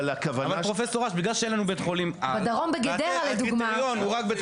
אבל הכוונה --- בדרום בגדרה לדוגמה.